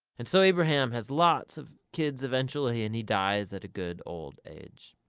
and so abraham has lots of kids eventually and he dies at a good old age.